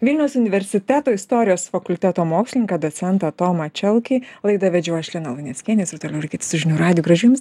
vilniaus universiteto istorijos fakulteto mokslininką docentą tomą čelkį laidą vedžiau aš lina luneckienė jūs ir toliau likit su žinių radiju gražių jums